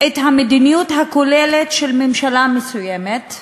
את המדיניות הכוללת של ממשלה מסוימת,